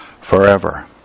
forever